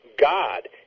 God